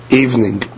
evening